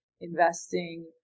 investing